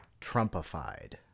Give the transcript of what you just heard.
Trumpified